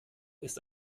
ist